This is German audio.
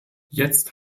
jetzt